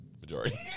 majority